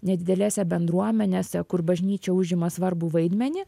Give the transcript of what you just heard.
nedidelėse bendruomenėse kur bažnyčia užima svarbų vaidmenį